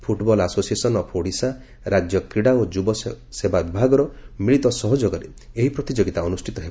football association of Odisha ରାଜ୍ୟ କ୍ରୀଡ଼ା ଓ ଯୁବକ ସେବା ବିଭାଗର ମିଳିତ ସହଯୋଗ ଏହି ପ୍ରତିଯୋଗିତା ଅନୁଷିତ ହେବ